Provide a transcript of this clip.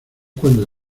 cuando